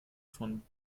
von